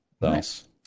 Nice